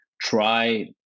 try